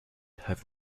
have